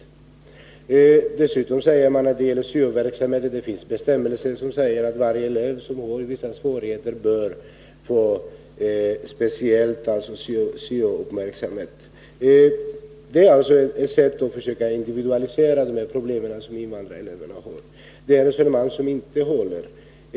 I fråga om syo-verksamheten säger man dessutom att det finns bestämmelser som går ut på att varje elev som får vissa svårigheter bör speciellt uppmärksammas. Detta är alltså ett sätt att försöka individualisera de problem som invandrareleverna har. Det är ett resonemang som inte håller.